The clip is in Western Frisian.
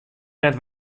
net